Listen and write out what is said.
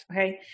okay